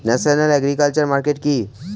National agriculture market কি?